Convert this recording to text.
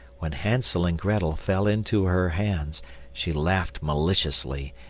when hansel and grettel fell into her hands she laughed maliciously,